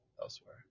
elsewhere